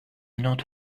not